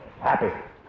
happy